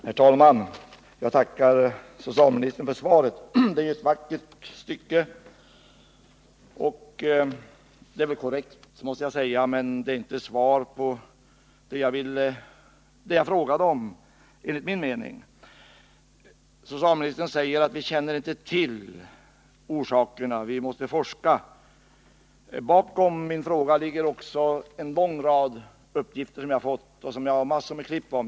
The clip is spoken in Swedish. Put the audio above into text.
Herr talman! Jag tackar socialministern för svaret. Det är ju ett vackert aktstycke och det är väl korrekt, men det är enligt min mening inte svar på vad jag frågade om. Socialministern säger att vi inte känner till orsakerna, att vi måste forska. Bakom min fråga ligger också en lång rad uppgifter som jag har fått och som jag har massor med klipp om.